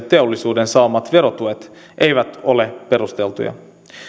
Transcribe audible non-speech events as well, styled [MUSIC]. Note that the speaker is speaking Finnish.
[UNINTELLIGIBLE] teollisuuden saamat verotuet eivät ole perusteltuja